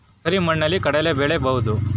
ಕರಿ ಮಣ್ಣಲಿ ಕಡಲಿ ಬೆಳಿ ಬೋದ?